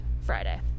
Friday